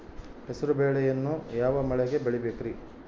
ಹೆಸರುಬೇಳೆಯನ್ನು ಯಾವ ಮಳೆಗೆ ಬೆಳಿಬೇಕ್ರಿ?